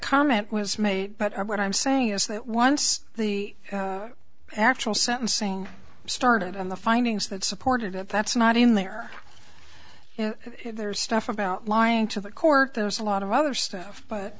comment was made but what i'm saying is that once the actual sentencing started on the findings that supported it that's not in there there's stuff about lying to the court there's a lot of other stuff but